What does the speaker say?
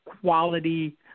quality